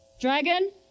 Dragon